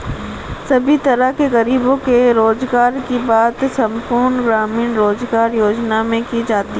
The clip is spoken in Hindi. सभी तरह के गरीबों के रोजगार की बात संपूर्ण ग्रामीण रोजगार योजना में की जाती है